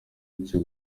icyo